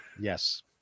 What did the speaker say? Yes